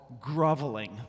groveling